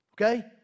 okay